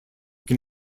can